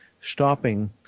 stopping